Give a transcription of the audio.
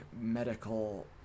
medical